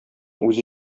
үзе